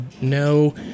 no